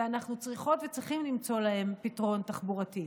ואנחנו צריכות וצריכים למצוא להם פתרון תחבורתי.